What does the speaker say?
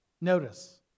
Notice